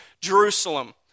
Jerusalem